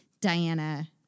Diana